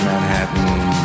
Manhattan